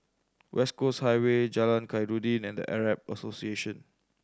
West Coast Highway Jalan Khairuddin and The Arab Association